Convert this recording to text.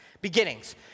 Beginnings